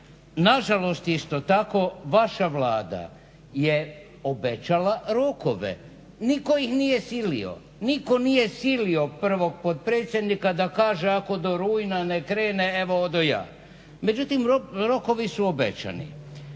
Nažalost isto tako vaša Vlada je obećala rokove, niko ih nije silio, niko nije silio prvog potpredsjednika da kaže, ako do rujna ne krene, evo odo ja. Međutim, rokovi su obećani.